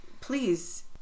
please